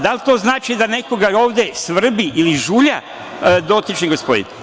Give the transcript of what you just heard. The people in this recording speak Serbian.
Da li to znači da nekoga ovde svrbi ili žulja dotični gospodin?